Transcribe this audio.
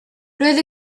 roedd